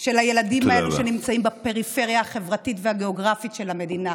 של הילדים האלה שנמצאים בפריפריה החברתית והגיאוגרפית של המדינה.